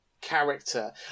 character